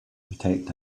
protect